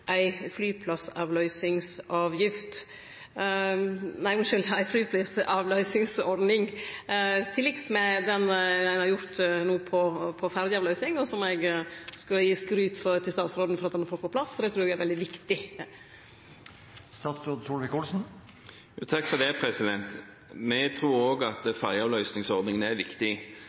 ei flyplassavløysingsordning, til liks med det ein no har gjort med ferjeavløysing? Eg vil gi skryt til statsråden for at han har fått det på plass, for det trur eg er veldig viktig. Vi tror også at fergeavløsningsordningen er viktig, fordi det betyr at